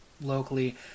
locally